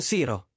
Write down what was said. Siro